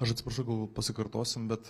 aš atsiprašau gal pasikartosim bet